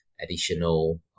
additional